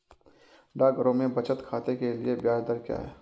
डाकघरों में बचत खाते के लिए ब्याज दर क्या है?